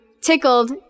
Tickled